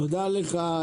תודה לך,